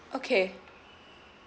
okay